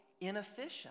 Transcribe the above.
inefficient